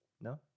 No